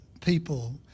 people